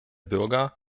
bürger